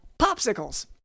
popsicles